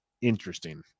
interesting